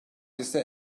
ise